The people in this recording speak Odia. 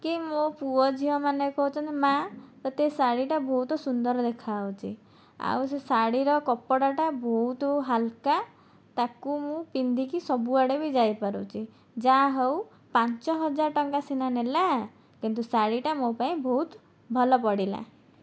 କି ମୋ ପୁଅ ଝିଅ ମାନେ କହୁଛନ୍ତି ମା ତତେ ଏଇ ଶାଢୀଟା ବହୁତ ସୁନ୍ଦର ଦେଖା ହଉଛି ଆଉ ସେ ଶାଢୀର କପଡ଼ାଟା ବହୁତ ହାଲୁକା ତାକୁ ମୁଁ ପିନ୍ଧିକି ସବୁଆଡେ ବି ଯାଇ ପାରୁଛି ଯାହା ହେଉ ପାଞ୍ଚ ହଜାର ଟଙ୍କା ସିନା ନେଲା କିନ୍ତୁ ଶାଢୀଟା ମୋ ପାଇଁ ବହୁତ ଭଲ ପଡିଲା